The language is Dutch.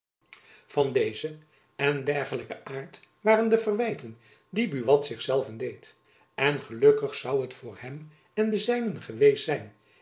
van dezen en dergelijken aart waren de verwijten die buat zich zelven deed en gelukkig zoû het voor hem en de zijnen geweest zijn